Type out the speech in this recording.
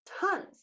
tons